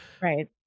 Right